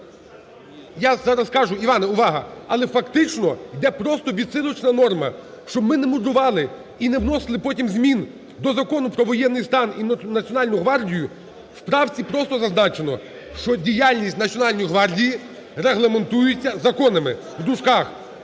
Я зараз скажу. Іване, увага! Але фактично йде просто відсилочна норма, щоб ми не мудрували і не вносили потім змін до законів про воєнний стан і Національну гвардію, в правці просто зазначено, що діяльність Національної гвардії регламентується законами, в дужках,